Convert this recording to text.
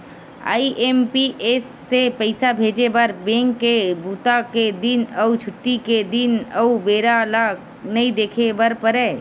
IMPS से पइसा भेजे बर बेंक के बूता के दिन अउ छुट्टी के दिन अउ बेरा ल नइ देखे बर परय